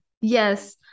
Yes